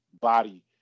body